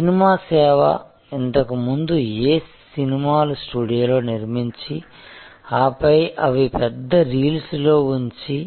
cinema సేవ ఇంతకు ముందు ఏ సినిమాలు స్టూడియోలలో నిర్మించి ఆపై అవి పెద్ద రీల్స్ లో ఉంచి